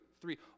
three